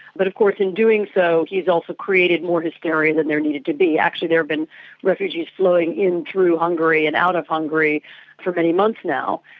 but of course in doing so he has also created more hysteria than there needed to be. actually there have been refugees flowing in through hungary and out of hungary for many months now.